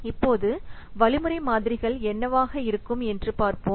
இப்போது வழிமுறை மாதிரிகள் என்னவாக இருக்கும் என்று பார்ப்போம்